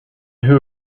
who